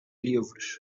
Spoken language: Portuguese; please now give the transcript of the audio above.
livros